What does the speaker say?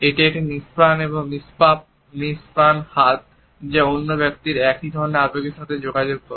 এটি একটি নিষ্প্রাণ এবং নিষ্প্রাণ হাত যা অন্য ব্যক্তির সাথে একই ধরনের আবেগের সাথে যোগাযোগ করে